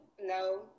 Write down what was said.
No